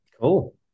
Cool